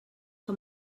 que